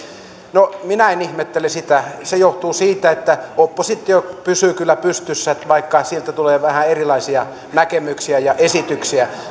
no minä en ihmettele sitä se johtuu siitä että oppositio pysyy kyllä pystyssä vaikka siltä tulee vähän erilaisia näkemyksiä ja esityksiä